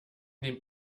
dem